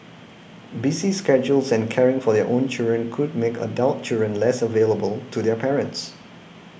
busy schedules and caring for their own children could make a adult children less available to their parents